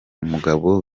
mugabo